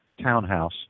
townhouse